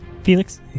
Felix